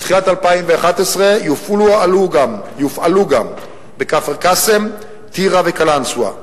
בתחילת 2011 יופעלו גם בכפר-קאסם, טירה וקלנסואה.